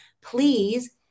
Please